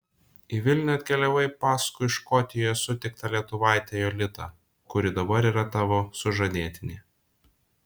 į vilnių atkeliavai paskui škotijoje sutiktą lietuvaitę jolitą kuri dabar yra tavo sužadėtinė